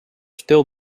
still